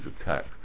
attack